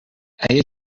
اگه